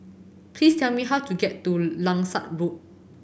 please tell me how to get to Langsat Road